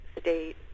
state